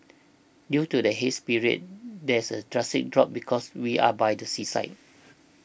due to the haze period there a drastic drop because we are by the seaside